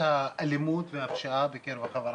האלימות והפשיעה בקרב החברה הערבית,